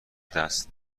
دست